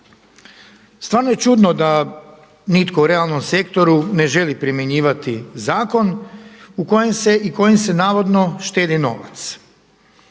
Stvarno je čudno da nitko u realnom sektoru ne želi primjenjivati zakon u kojem se i kojim se navodno štedi novac.